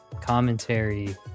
commentary